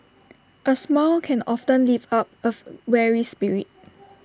A smile can often lift up of weary spirit